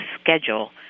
schedule